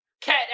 Cat